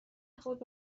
خود